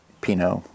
Pinot